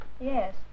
Yes